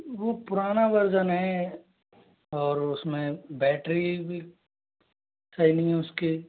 वो पुराना वरजन है और उसमें बैटरी भी सही नहीं है उसकी